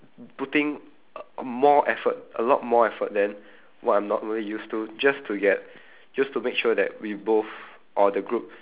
putting uh more effort a lot more effort than what I'm normally used to just to get just to make sure that we both or the group